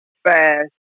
fast